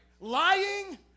Lying